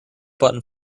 button